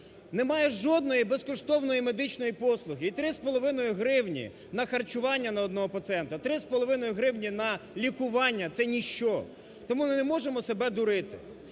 немає жодної безкоштовної медичної послуги. І 3,5 гривні на харчування на одного пацієнта, 3,5 гривні на лікування це ніщо, тому ми не можемо себе дурити.